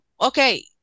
okay